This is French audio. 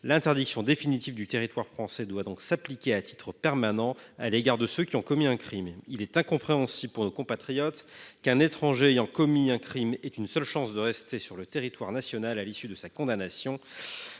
L’interdiction définitive du territoire français doit s’appliquer à titre permanent à l’égard de ceux qui ont commis un crime. Il est incompréhensible pour nos compatriotes qu’un étranger ayant commis un crime ait une seule chance de rester sur notre territoire à l’issue de sa peine.